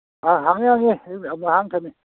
ꯑꯥ ꯍꯥꯡꯉꯤ ꯍꯥꯡꯉꯤ ꯑꯗꯨꯝ ꯍꯥꯡꯉ ꯊꯝꯃꯤ